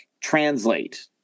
translate